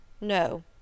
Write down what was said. No